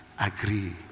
Agree